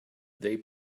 they